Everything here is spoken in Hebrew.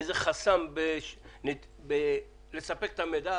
איזה חסם לספק את המידע,